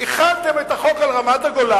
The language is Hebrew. החלתם את החוק על רמת-הגולן,